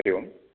Hari Om